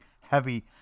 heavy